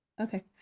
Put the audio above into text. Okay